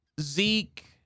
Zeke